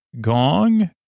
gong